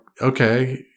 okay